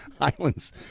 Islands